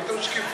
מה פתאום שקיפות?